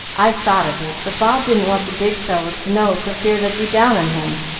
i thought of it, but bob didn't want the big fellows to know for fear they'd be down on him,